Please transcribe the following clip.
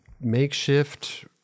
makeshift